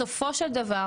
בסופו של דבר